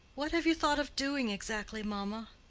what have you thought of doing, exactly, mamma?